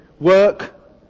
work